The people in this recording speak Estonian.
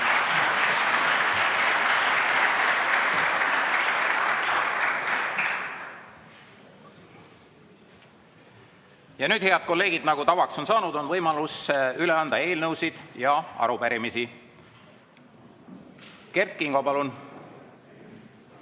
Nüüd, head kolleegid, nagu tavaks on saanud, on võimalus anda üle eelnõusid ja arupärimisi. Kert Kingo, palun!